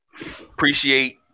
Appreciate